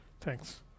Thanks